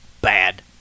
Bad